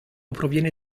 proviene